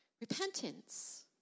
Repentance